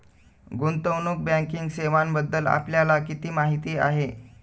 गुंतवणूक बँकिंग सेवांबद्दल आपल्याला किती माहिती आहे?